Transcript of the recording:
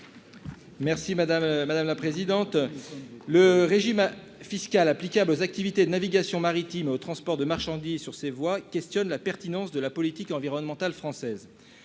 M. Guillaume Gontard. Le régime fiscal applicable aux activités de navigation maritime et au transport de marchandises sur ces voies questionne la pertinence de la politique environnementale française.